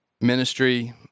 ministry